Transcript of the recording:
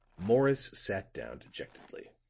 morris sat down dejectedly.